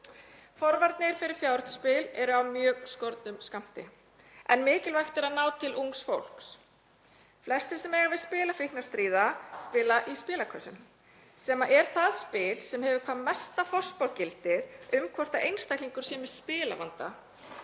Forvarnir fyrir fjárhættuspil eru af mjög skornum skammti en mikilvægt er að ná til ungs fólks. Flestir sem eiga við spilafíkn að stríða spila í spilakössum sem er það spil sem hefur hvað mest forspárgildi um hvort einstaklingur sé með spilavanda